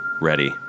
ready